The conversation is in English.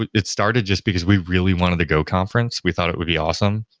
it it started just because we really wanted the go conference. we thought it would be awesome.